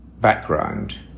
background